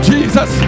Jesus